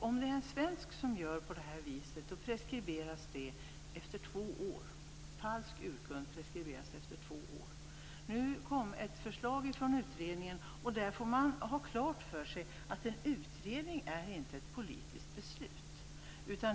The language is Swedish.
Om en svensk gör på det viset preskriberas det efter två år. Falsk urkund preskriberas efter två år. Nu kom ett förslag från utredningen. Man får ha klart för sig att en utredning inte är ett politiskt beslut.